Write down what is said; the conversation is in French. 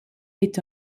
est